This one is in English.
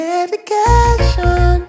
Medication